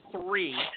three